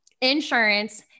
insurance